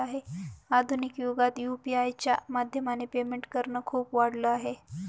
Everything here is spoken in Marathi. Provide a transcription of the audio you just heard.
आधुनिक युगात यु.पी.आय च्या माध्यमाने पेमेंट करणे खूप वाढल आहे